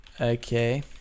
Okay